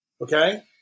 okay